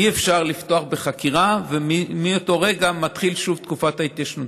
אי-אפשר לפתוח בחקירה ומאותו רגע מתחילה שוב תקופת ההתיישנות.